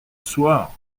soir